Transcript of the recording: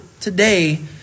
today